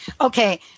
Okay